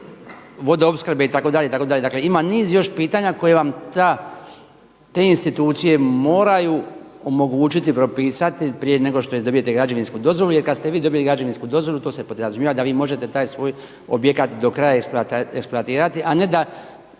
vodoopskrbe itd., itd. dakle ima niz još pitanja koje vam te institucije moraju omogućiti propisati prije nego što dobijete građevinsku dozvolu jer kada ste vi dobili građevinsku dozvolu to se podrazumijeva da vi možete taj svoj objekat do kraja eksploatirati, a ne da